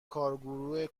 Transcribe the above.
کارگروه